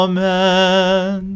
Amen